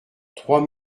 trois